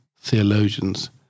theologians